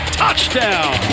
touchdown